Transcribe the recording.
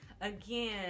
again